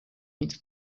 meets